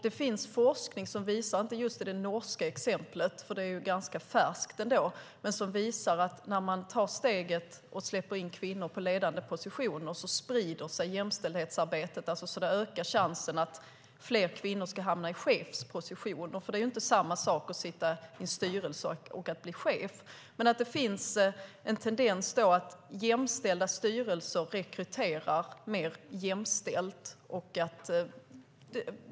Det finns forskning som visar, inte just i det norska exemplet för det är ju ganska färskt, att när man tar steget att släppa in kvinnor på ledande positioner sprider sig jämställdhetsarbetet. Det ökar chansen för fler kvinnor att hamna i chefspositioner, för det är ju inte samma sak att sitta i en styrelse och att bli chef. Och det finns en tendens att jämställda styrelser rekryterar mer jämställt.